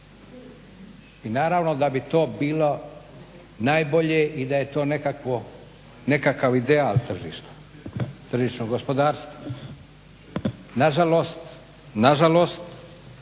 I naravno da bi to bilo najbolje i da je to nekakav ideal tržišta, tržišnog gospodarstva. Na žalost,